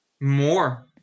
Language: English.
More